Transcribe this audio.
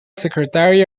secretary